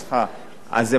אז זה משהו אחר.